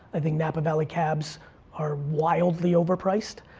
i think napa valley cabs are wildly overpriced,